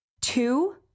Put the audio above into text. Two